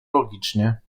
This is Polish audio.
logicznie